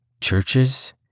churches